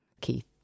Keith